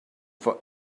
for